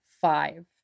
five